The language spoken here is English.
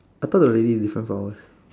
I thought the lady is different from ours